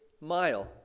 mile